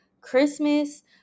Christmas